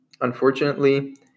Unfortunately